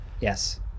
yes